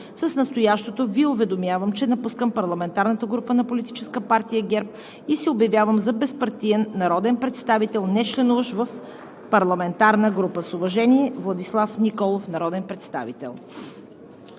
с настоящото Ви уведомявам, че напускам парламентарната група на Политическа партия ГЕРБ и се обявявам за безпартиен народен представител, нечленуващ в парламентарна група. С уважение: Владислав Николов – народен представител.“